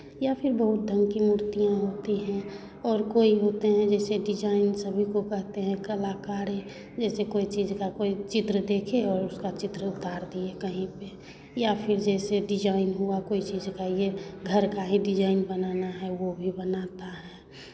या फिर बहुत ढंग की मूर्तियाँ होती हैं और कोई होते हैं जैसे डिज़ाइन सभी को कहते हैं कलाकारें जैसे कोई चीज़ का कोई चित्र देखे और उसका चित्र उतार दिए कहीं पे या फिर जैसे डिज़ाइन हुआ कोई चीज़ का ये घर का ही डिज़ाइन बनाना है वो भी बनाता है